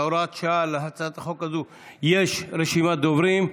להוראת שעה, להצעת החוק הזו, יש רשימת דוברים.